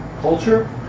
culture